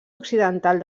occidental